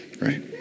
right